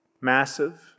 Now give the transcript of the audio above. Massive